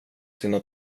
sina